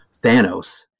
Thanos